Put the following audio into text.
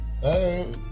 Hey